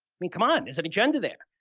mean, come on, there's an agenda there.